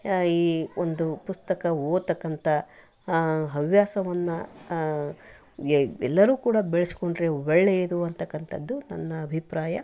ಈ ಒಂದು ಪುಸ್ತಕ ಓದತಕ್ಕಂಥ ಹವ್ಯಾಸವನ್ನು ಎಲ್ಲರೂ ಕೂಡ ಬೆಳೆಸ್ಕೊಂಡ್ರೆ ಒಳ್ಳೆಯದು ಅನ್ನತಕ್ಕಂಥದ್ದು ನನ್ನ ಅಭಿಪ್ರಾಯ